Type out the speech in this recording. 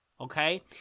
Okay